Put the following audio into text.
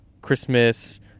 Christmas